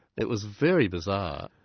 it was very bizarre.